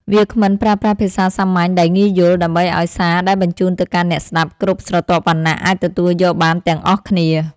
វាគ្មិនប្រើប្រាស់ភាសាសាមញ្ញដែលងាយយល់ ដើម្បីឱ្យសារដែលបញ្ជូនទៅកាន់អ្នកស្ដាប់គ្រប់ស្រទាប់វណ្ណៈអាចទទួលយកបានទាំងអស់គ្នា។